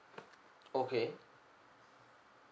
okay